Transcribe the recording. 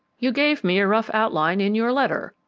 you gave me a rough outline in your letter.